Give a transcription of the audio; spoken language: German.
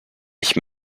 ich